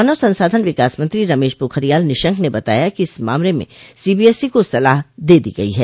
मानव संसाधन विकास मंत्री रमेश पोखरियाल निशंक ने बताया कि इस बारे में सीबीएसई को सलाह दे दी गई है